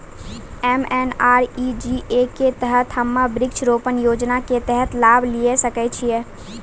MNREGA के तहत हम्मय वृक्ष रोपण योजना के तहत लाभ लिये सकय छियै?